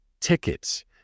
tickets